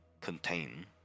contain